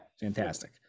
Fantastic